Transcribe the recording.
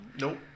nope